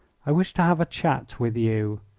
i wish to have a chat with you,